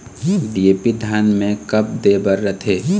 DAP धान मे कब दे बर रथे?